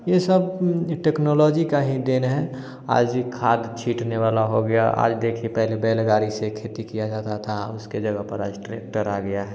यह सब टेक्नोलॉजी की ही देन है आज इ खाद छींटने वाला हो गया आज देखिए पहले बैलगाड़ी से खेती किया जाता था उसके लिए अपन आज ट्रैक्टर आ गया है